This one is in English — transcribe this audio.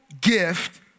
gift